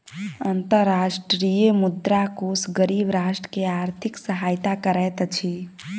अंतर्राष्ट्रीय मुद्रा कोष गरीब राष्ट्र के आर्थिक सहायता करैत अछि